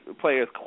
players